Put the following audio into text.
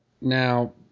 Now